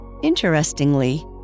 Interestingly